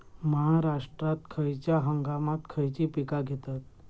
महाराष्ट्रात खयच्या हंगामांत खयची पीका घेतत?